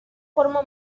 forma